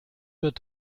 wird